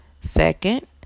Second